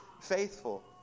faithful